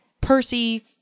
Percy